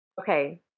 Okay